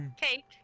Cake